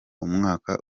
umwaka